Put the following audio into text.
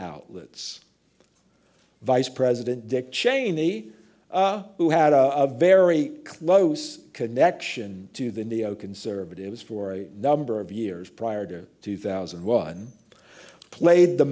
outlets vice president dick cheney who had a very close connection to the neoconservatives for a number of years prior to two thousand and one played the